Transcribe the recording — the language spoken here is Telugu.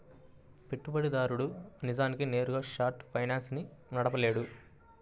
పెట్టుబడిదారుడు నిజానికి నేరుగా షార్ట్ ఫైనాన్స్ ని నడపలేడు